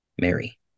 Mary